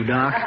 Doc